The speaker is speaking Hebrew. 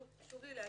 שוב, חשוב לי להגיד,